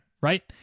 right